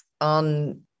on